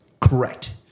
correct